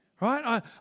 Right